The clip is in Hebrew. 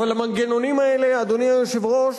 אבל המנגנונים האלה, אדוני היושב-ראש,